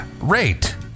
rate